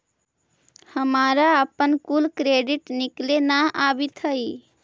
हमारा अपन कुल क्रेडिट निकले न अवित हई